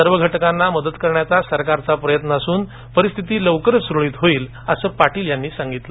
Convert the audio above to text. सर्व घटकांना मदत करण्याचा सरकारचा प्रयत्न असून परिस्थिती लवकरच सुरळीत होईल असही पाटील यांनी सांगितल